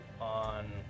On